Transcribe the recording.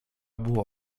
było